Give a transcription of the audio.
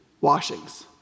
washings